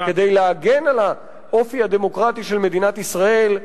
כדי להגן על האופי הדמוקרטי של מדינת ישראל,